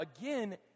again